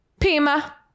Pima